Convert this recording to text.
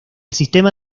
sistema